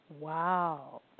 Wow